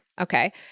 Okay